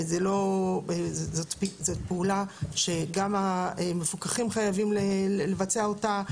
זאת פעולה שגם המפוקחים חייבים לבצע אותה,